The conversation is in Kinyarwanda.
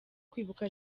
kwibuka